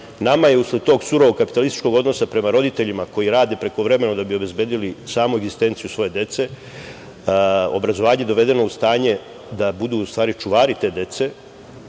Nama je usled tog surovog kapitalističkog odnosa prema roditeljima koji rade prekovremeno da bi obezbedili samu egzistenciju svoje dece, obrazovanje dovedeno u stanje da budu u stvari čuvari te dece